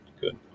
Good